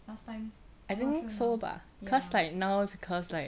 last time not sure now ya